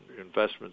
investments